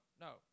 no